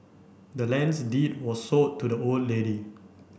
the land's deed was sold to the old lady